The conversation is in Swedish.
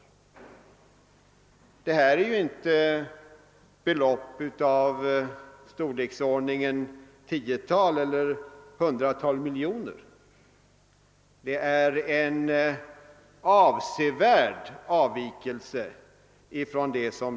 Detta är ju inte belopp av storleksordningen tiotal eller hundratal miljoner, utan det rör sig om avsevärda avvikelser.